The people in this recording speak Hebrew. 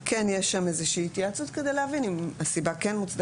כן יש שם איזושהי התייעצות כדי להבין אם הסיבה כן מוצדקת,